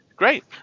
Great